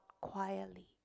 quietly